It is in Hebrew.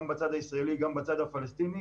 גם בצד הישראלי וגם בצד הפלסטיני,